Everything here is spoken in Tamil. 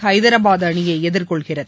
ஹைதராபாத் அணியை எதிர்கொள்கிறது